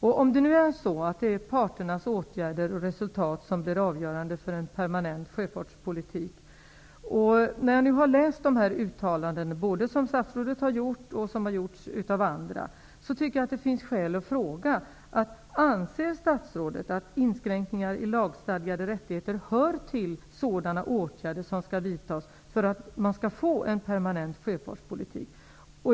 Det är alltså nu parternas åtgärder och resultat som skall bli avgörande för en permanent sjöfartspolitik. Efter att ha läst uttalandena både av statsrådet och av andra tycker jag att det finns skäl att fråga: Anser statsrådet att inskränkningar i lagstadgade rättigheter hör till sådana åtgärder som skall vidtas för att få till stånd en permanent sjöfartspolitik?